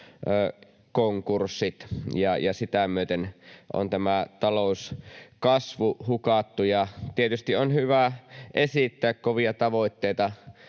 konkurssit, ja sitä myöten on tämä talouskasvu hukattu. Tietysti on hyvä esittää kovia tavoitteita